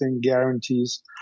guarantees